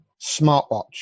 smartwatch